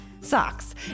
socks